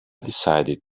decided